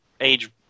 age